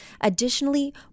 Additionally